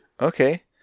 Okay